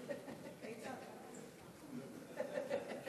אל תחמיא לי, זה יכול להזיק לי.